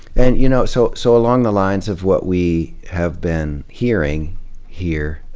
and you know, so, so a long the lines of what we have been hearing here,